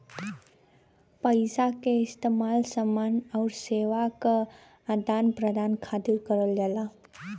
पइसा क इस्तेमाल समान आउर सेवा क आदान प्रदान खातिर करल जाला